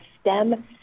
STEM